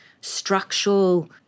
structural